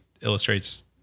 illustrates